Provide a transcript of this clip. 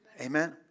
Amen